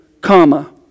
comma